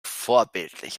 vorbildlich